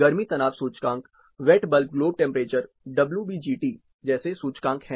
गर्मी तनाव सूचकांक wet bulb globe temperature WBGT जैसे सूचकांक हैं